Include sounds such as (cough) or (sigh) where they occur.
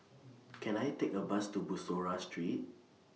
(noise) Can I Take A Bus to Bussorah Street